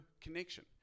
connection